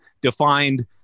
defined